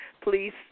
please